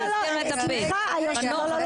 לא, לא, לא, סליחה, היושב ראש.